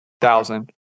thousand